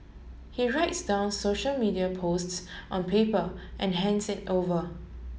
he writes down social media posts on people and hands it over